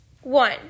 one